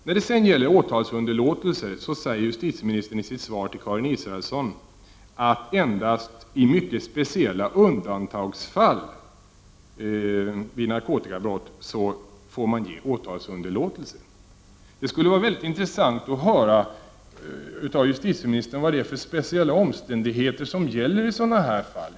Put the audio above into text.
När det gäller åtalsunderlåtelser säger justitieministern i sitt svar till Karin Israelsson att man endast i mycket speciella undantagsfall vid narkotikabrott får ge åtalsunderlåtelse. Det skulle vara mycket intressant att höra av justitieministern vad det är för speciella omständigheter som gäller i sådana här fall.